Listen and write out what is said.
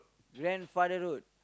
grandfather road